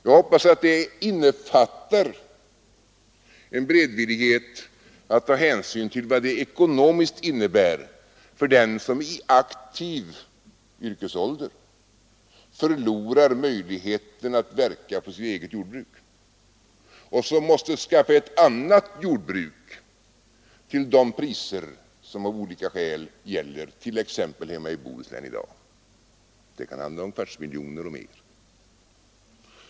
Jag hoppas att detta innefattar en beredvillighet att ta hänsyn till vad det ekonomiskt innebär för den som i aktiv yrkesålder förlorar möjligheterna att verka på sitt eget jordbruk och som måste skaffa ett annat jordbruk till de priser som i dag av olika skäl gäller t.ex. i Bohuslän — det kan handla om en kvarts miljon kronor eller mer.